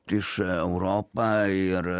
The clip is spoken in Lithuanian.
prieš europą ir